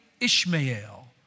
Ishmael